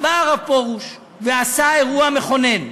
בא הרב פרוש ועשה אירוע מכונן.